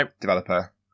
developer